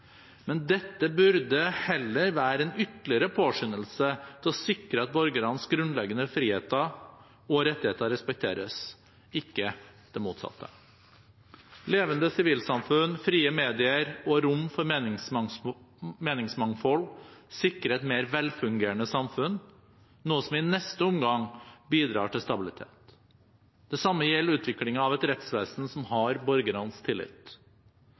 Men dette burde heller være en ytterligere påskyndelse til å sikre at borgernes grunnleggende friheter og rettigheter respekteres, ikke det motsatte. Levende sivilsamfunn, frie medier og rom for meningsmangfold sikrer et mer velfungerende samfunn – noe som i neste omgang bidrar til stabilitet. Det samme gjelder utviklingen av et rettsvesen som har borgernes tillit.